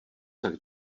tak